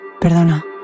Perdona